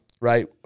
right